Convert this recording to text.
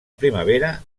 primavera